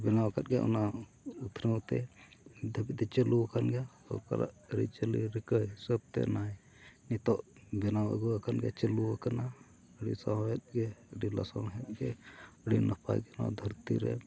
ᱵᱮᱱᱟᱣ ᱟᱠᱟᱫ ᱜᱮᱭᱟᱭ ᱚᱱᱟ ᱩᱛᱱᱟᱹᱣ ᱛᱮ ᱫᱷᱟᱹᱵᱤᱡ ᱛᱮ ᱪᱟᱹᱞᱩ ᱟᱠᱟᱱ ᱜᱮᱭᱟ ᱥᱚᱨᱠᱟᱨᱟᱜ ᱟᱹᱨᱤᱪᱟᱹᱞᱤ ᱨᱤᱠᱟᱹ ᱦᱤᱥᱟᱹᱵ ᱛᱮ ᱚᱱᱟᱭ ᱱᱤᱛᱳᱜ ᱵᱮᱱᱟᱣ ᱟᱹᱜᱩ ᱟᱠᱟᱱ ᱜᱮᱭᱟ ᱪᱟᱹᱞᱩ ᱟᱠᱟᱱᱟ ᱟᱹᱰᱤ ᱥᱚᱦᱮᱫ ᱜᱮ ᱟᱹᱰᱤ ᱞᱟᱥᱟᱱ ᱦᱮᱫ ᱜᱮ ᱟᱹᱰᱤ ᱱᱟᱯᱟᱭ ᱜᱮ ᱱᱚᱣᱟ ᱫᱷᱟᱹᱨᱛᱤ ᱨᱮ